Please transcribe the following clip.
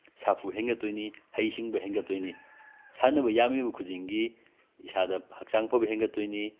ꯁꯥꯐꯨ ꯍꯦꯡꯒꯠꯇꯣꯏꯅꯤ ꯍꯩꯁꯤꯡꯕ ꯍꯦꯟꯒꯠꯇꯣꯏꯅꯤ ꯁꯥꯟꯅꯕ ꯌꯥꯝꯃꯤꯕ ꯈꯨꯗꯤꯡꯒꯤ ꯏꯁꯥꯗ ꯍꯛꯆꯥꯡ ꯐꯕ ꯍꯦꯟꯒꯠꯇꯣꯏꯅꯤ